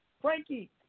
Frankie